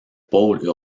pôle